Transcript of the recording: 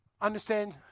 Understand